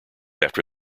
after